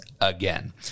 again